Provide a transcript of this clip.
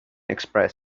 express